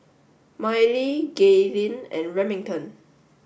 Mylie Gaylene and Remington